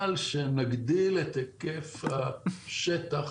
אבל שנגדיל את היקף השטח,